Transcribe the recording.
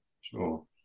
Sure